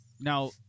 Now